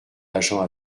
agents